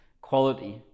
quality